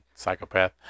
psychopath